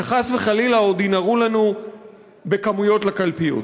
שחס וחלילה עוד ינהרו לנו בכמויות לקלפיות.